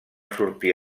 sortir